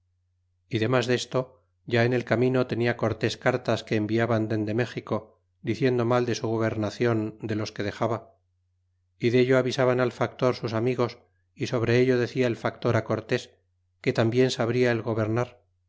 y domas deato ya en el camino tenia cortés cartas que enviaba dende méxico diciendo mal de su gabernacion de los que dexaba y dello avisaban al factor sus amigos y sobre ello decia el factor cortés que tambien sabria el gobernar